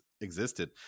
existed